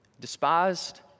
despised